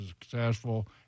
successful